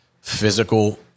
physical